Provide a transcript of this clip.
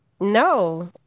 No